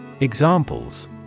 Examples